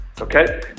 Okay